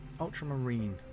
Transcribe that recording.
ultramarine